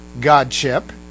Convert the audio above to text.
Godship